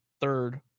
third